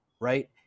Right